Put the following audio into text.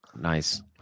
Nice